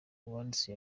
uwanditse